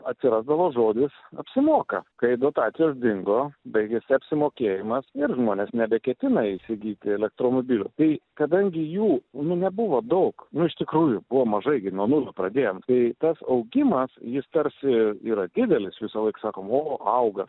atsirasdavo žodis apsimoka kai dotacijos dingo baigėsi apsimokėjimas ir žmonės nebeketina įsigyti elektromobilių tai kadangi jų nu nebuvo daug nu iš tikrųjų buvo mažai gi nuo nulio pradėjom tai tas augimas jis tarsi yra didelis visąlaik sakom o auga